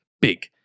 big